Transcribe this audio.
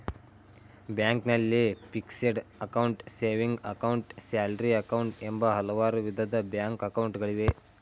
ಬ್ಯಾಂಕ್ನಲ್ಲಿ fixed account, saving account, salary account, ಎಂಬ ಹಲವಾರು ವಿಧದ ಬ್ಯಾಂಕ್ ಅಕೌಂಟ್ ಗಳಿವೆ